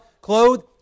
clothed